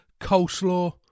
Coleslaw